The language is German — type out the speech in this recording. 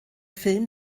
film